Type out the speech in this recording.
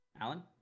Alan